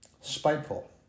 spiteful